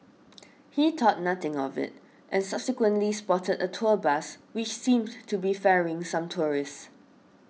he thought nothing of it and subsequently spotted a tour bus which seemed to be ferrying some tourists